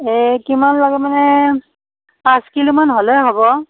এ কিমান লাগে মানে পাঁচ কিলো মান হ'লে হ'ব